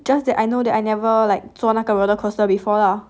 just that I know that I never like 做坐个 roller coaster before lah